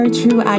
true